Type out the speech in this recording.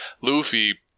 Luffy